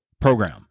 program